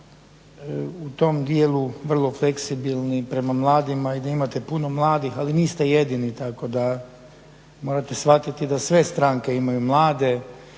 u tom dijelu vrlo fleksibilni prema mladima i da imate puno mladih ali niste jedini, tako da morate shvatiti da sve stranke imaju mlade